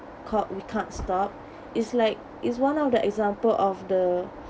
called we can't stop is like is one of the example of the